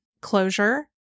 closure